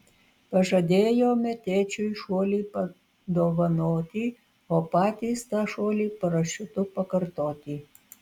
pažadėjome tėčiui šuolį padovanoti o patys tą šuolį parašiutu pakartoti